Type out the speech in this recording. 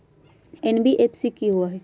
NBFC कि होअ हई?